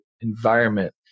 environment